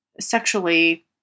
sexually